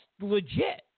legit